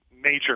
major